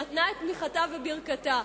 נתנה את תמיכתה וברכתה.